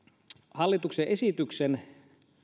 hallituksen esityksen